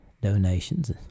donations